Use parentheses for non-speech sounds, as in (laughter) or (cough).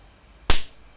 (noise)